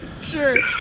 Sure